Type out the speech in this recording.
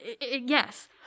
yes